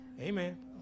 Amen